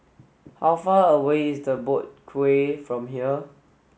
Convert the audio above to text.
how far away is the Boat Quay from here